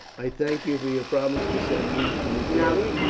i thank you for your promise to send news to me daily.